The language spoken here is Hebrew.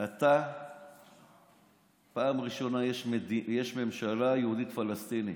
פעם ראשונה יש ממשלה יהודית-פלסטינית.